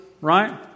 Right